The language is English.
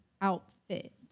outfit